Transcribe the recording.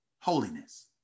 holiness